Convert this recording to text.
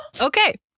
Okay